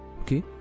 Okay